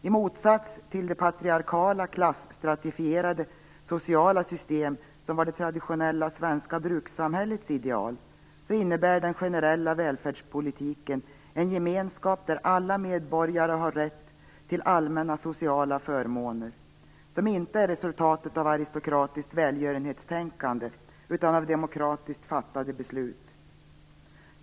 I motsats till det patriarkala klasstratifierade sociala system som var det traditionella svenska brukssamhällets ideal, innebär den generella välfärdspolitiken en gemenskap där alla medborgare har rätt till allmänna sociala förmåner, som inte är resultatet av aristokratiskt välgörenhetstänkande, utan av demokratiskt fattade beslut.